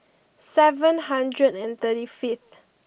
seven hundred and thirty fifth